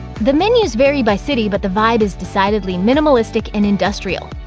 the menus vary by city, but the vibe is decidedly minimalistic and industrial.